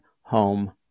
home